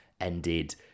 ended